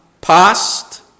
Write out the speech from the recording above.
Past